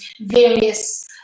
various